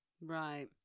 Right